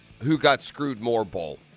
who-got-screwed-more-bowl